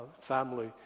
family